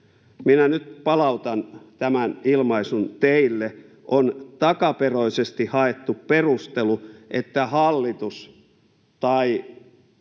Minä nyt palautan tämän ilmaisun teille: on takaperoisesti haettu perustelu, että hallitus tai